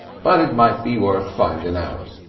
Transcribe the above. but it might be worth finding out.